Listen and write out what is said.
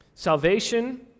Salvation